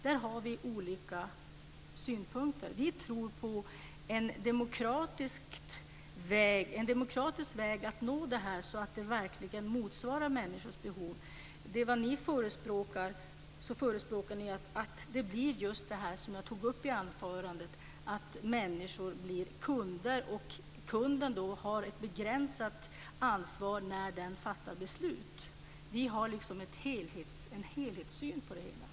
På vår sida tror vi på en demokratisk väg att tillgodose människors behov. Vad ni förespråkar är det som jag tog upp i mitt anförande, att människor blir kunder med ett begränsat ansvar i sitt beslutsfattande. Vi har en helhetssyn på detta.